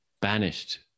banished